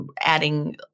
adding